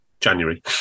January